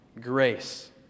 grace